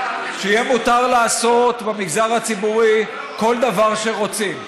שיהיה מותר לעשות במגזר הציבורי כל דבר שרוצים.